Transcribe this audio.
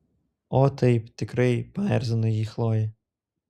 o taip tikrai paerzino jį chlojė